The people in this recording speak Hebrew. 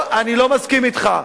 אני לא מסכים אתך.